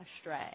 astray